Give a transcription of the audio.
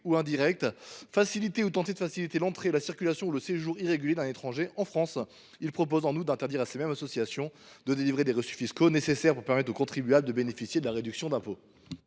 ou indirecte, facilité ou tenté de faciliter l’entrée, la circulation ou le séjour irréguliers d’un étranger en France ». En outre, il tend à interdire à ces mêmes associations de fournir des reçus fiscaux, nécessaires pour que les contribuables bénéficient de la réduction d’impôt.